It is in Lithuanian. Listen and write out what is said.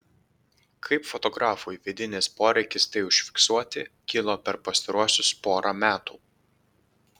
kaip fotografui vidinis poreikis tai užfiksuoti kilo per pastaruosius porą metų